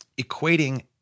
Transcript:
equating